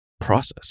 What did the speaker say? process